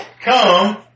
Come